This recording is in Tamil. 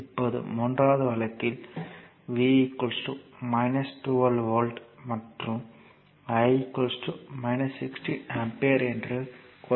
இப்போது மூன்றாவது வழக்கில் V 12 வோல்ட் மற்றும் I 16 ஆம்பியர் என்று கொடுக்கப்பட்டுள்ளது